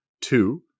Two